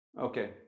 okay